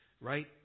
right